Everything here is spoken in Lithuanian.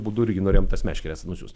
būdu irgi norėjom tas meškeres nusiųst